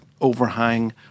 overhang